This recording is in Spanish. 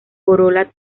corola